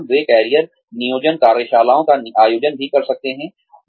वे career नियोजन कार्यशालाओं का आयोजन भी कर सकते थे